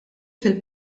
fil